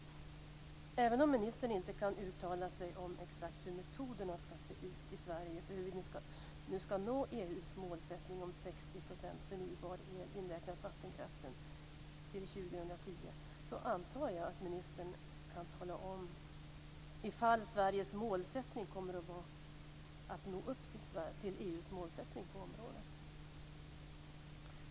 Även om ministern inte kan uttala sig om exakt hur metoderna ska se ut i Sverige för hur vi ska nå EU:s målsättning om 60 % förnybar el, inräknat vattenkraften, till 2010 antar jag att ministern kan tala om huruvida Sveriges målsättning kommer att vara att nå upp till EU:s målsättning på området.